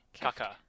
Kaka